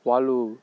వాళ్ళు